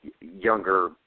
younger